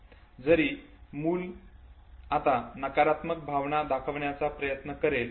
जरी मूल आता नकारात्मक भावना दाखविण्याचा प्रयत्न करेल